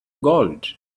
gold